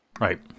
Right